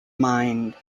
mind